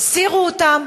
תסירו אותם,